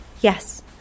Yes